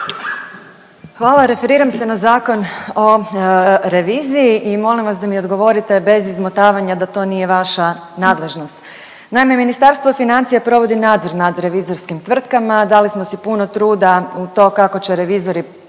Hvala. Referiram se na Zakon o reviziji i molim vas da mi odgovorite bez izmotavanja da to nije vaša nadležnost. Naime, Ministarstvo financija provodi nadzor nad revizorskim tvrtkama. Dali smo si puno truda u to kako će revizori